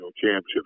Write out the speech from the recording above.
championships